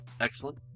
excellent